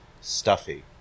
stuffy